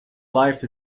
life